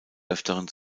öfteren